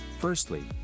Firstly